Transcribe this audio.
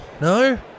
No